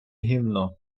гівно